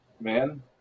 man